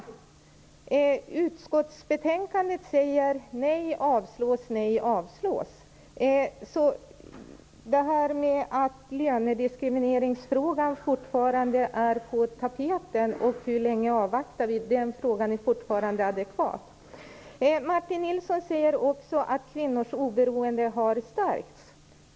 I utskottsbetänkandet sägs nej, avstyrks. Lönediskrimineringsfrågan är fortfarande på tapeten. Frågan om hur länge vi skall avvakta är också fortfarande adekvat. Martin Nilsson säger vidare att kvinnors oberoende har stärkts.